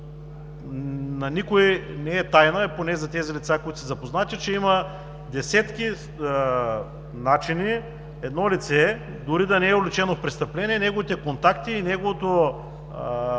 никой не е тайна, поне за тези лица, които са запознати, че има десетки начини едно лице, дори да не е уличено в престъпление неговите контакти и неговото